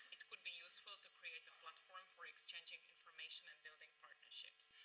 it could be useful to create a platform for exchanging information and building partnerships.